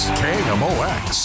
kmox